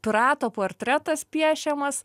pirato portretas piešiamas